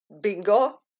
bingo